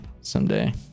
someday